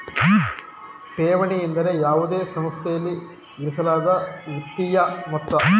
ಠೇವಣಿ ಎಂದರೆ ಯಾವುದೇ ಸಂಸ್ಥೆಯಲ್ಲಿ ಇರಿಸಲಾದ ವಿತ್ತೀಯ ಮೊತ್ತ